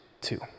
two